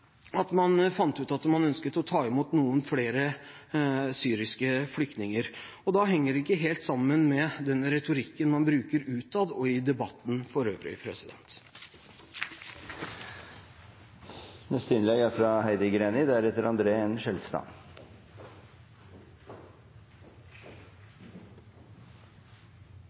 at man fant ut at man ønsket å ta imot noen flere syriske flyktninger. Og det henger ikke helt sammen med den retorikken man bruker utad og i debatten for øvrig.